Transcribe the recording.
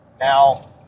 Now